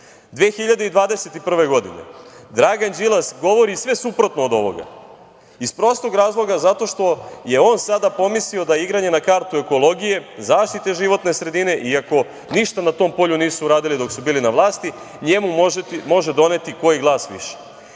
2021. godine Dragan Đilas govori sve suprotno od ovoga iz prostog razloga zato što je on sada pomislio da igranje na kartu ekologije, zaštite životne sredine, iako ništa na tom polju nisu uradili dok su bili na vlasti, njemu može doneti koji glas više. Ovo